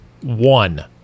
One